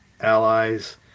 allies